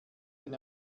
den